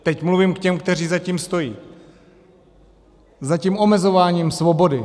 Teď mluvím k těm, kteří za tím stojí, za tím omezováním svobody.